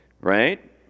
right